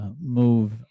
move